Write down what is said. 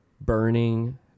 Burning